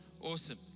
awesome